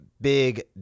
big